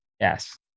Yes